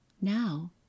now